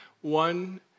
one